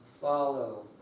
follow